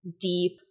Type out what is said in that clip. deep